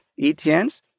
ETNs